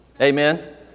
Amen